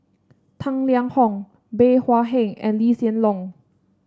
Tang Liang Hong Bey Hua Heng and Lee Hsien Loong